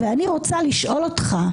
ואני רוצה לשאול אותך,